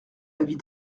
avis